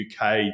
UK